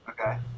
Okay